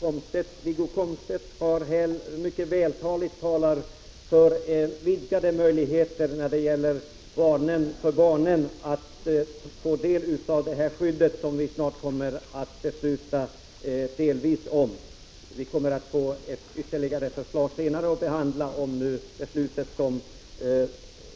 Herr talman! Wiggo Komstedt argumenterar här mycket vältaligt för vidgade möjligheter för barnen att få del av detta skydd som vi snart kommer att delvis besluta om. Senare kommer vi att få ytterligare ett förslag att behandla, om det förslag som